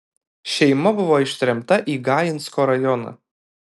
šeima buvo ištremta į gainsko rajoną